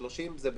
30 זה בסדר.